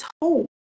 told